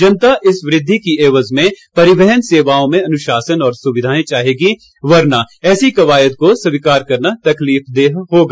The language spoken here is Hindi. जनता इस वृद्धि की एवज में परिवहन सेवाओं में अनुशासन और सुविधाएं चाहेगी वरना ऐसी कवायद को स्वीकार करना तकलीफदेह होगा